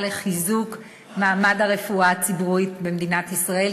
לחיזוק מעמד הרפואה הציבורית במדינת ישראל,